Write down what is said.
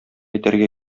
итәргә